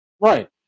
Right